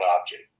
object